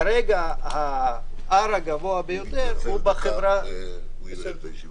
כרגע המקדם הגבוה ביותר הוא בחברה הכללית.